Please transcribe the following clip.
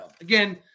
again